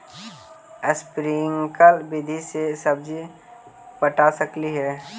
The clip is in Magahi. स्प्रिंकल विधि से सब्जी पटा सकली हे?